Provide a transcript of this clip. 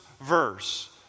verse